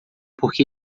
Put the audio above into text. porque